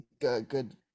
Good